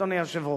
אדוני היושב-ראש.